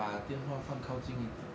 把电话放靠近一点